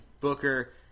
Booker